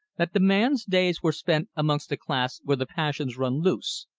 that the man's days were spent amongst a class where the passions run loose,